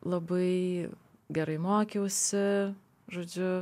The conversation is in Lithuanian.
labai gerai mokiausi žodžiu